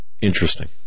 Interesting